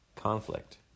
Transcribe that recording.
conflict